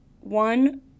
one